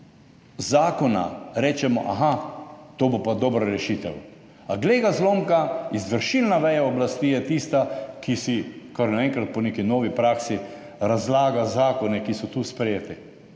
duhu zakona rečemo, aha, to bo pa dobra rešitev, a glej ga zlomka, izvršilna veja oblasti je tista, ki si kar naenkrat po neki novi praksi razlaga zakone, ki so tu sprejeti.